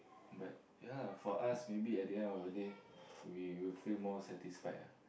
but ya for us maybe at the end of the day we will feel more satisfied ah